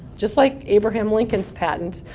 just like abraham lincoln's patent,